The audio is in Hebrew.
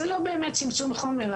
זה לא באמת צמצום חומר.